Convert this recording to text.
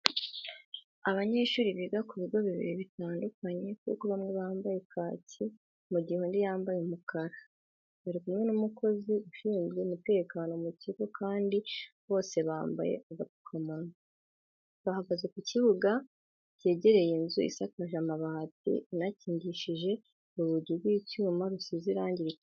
Abanyeshuri biga ku bigo bibiri bitandukanye kuko bamwe bambaye kaki mu gihe, undi yambaye umukara, bari kumwe n'umukozi ushinzwe umutekano ku kigo kandi bose bambaye agapfukamunwa. Bahagaze mu kibuga cyegereye inzu isakaje amabati, inakingishije urugi rw'icyuma rusize irangi ritukura.